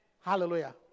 Hallelujah